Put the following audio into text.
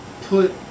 put –